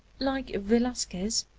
like velasquez,